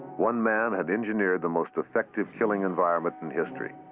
one man had engineered the most effective killing environment in history.